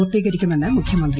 പൂർത്തീകരിക്കുമെന്ന് മുഖ്യമന്ത്രി